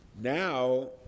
now